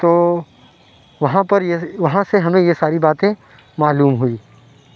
تو وہ وہاں پر یہ یہاں سے ہمیں یہ ساری باتیں معلوم ہوئی